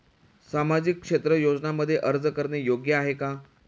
सामाजिक क्षेत्र योजनांमध्ये अर्ज करणे योग्य आहे का?